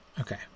Okay